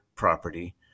property